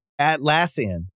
Atlassian